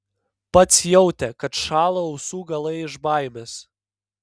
pats jautė kad šąla ausų galai iš baimės